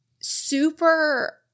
super